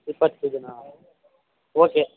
ಇಪ್ಪತ್ತು ಕೆಜಿಯಾ ಓಕೆ